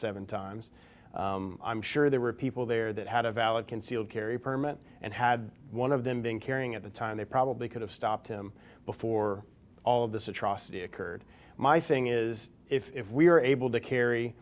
seven times i'm sure there were people there that had a valid concealed carry permit and had one of them being carrying at the time they probably could have stopped him before all of this atrocity occurred my thing is if we're able to carry